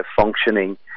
functioning